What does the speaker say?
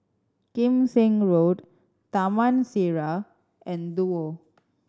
Kim Seng Road Taman Sireh and Duo